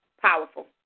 powerful